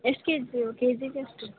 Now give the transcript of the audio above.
ಎಷ್ಟು K G K ಜಿಗೆ ಎಷ್ಟು